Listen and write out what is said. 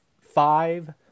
five